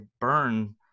burn